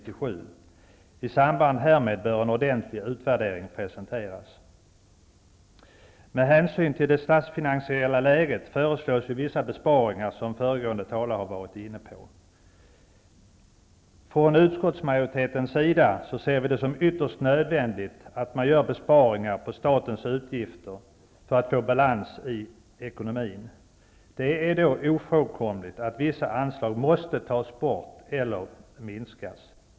I samband härmed bör en ordentlig utvärdering presenteras. Med hänsyn till det statsfinansiella läget föreslås ju vissa besparingar som föregående talare har varit inne på. Från utskottsmajoritetens sida ser vi det som ytterst nödvändigt att man gör besparingar på statens utgifter för att få balans i ekonomin. Det är då ofrånkomligt att vissa anslag måste tas bort eller minskas.